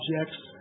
objects